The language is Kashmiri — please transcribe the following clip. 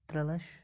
ترٛےٚ لَچھ